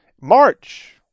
March